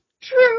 True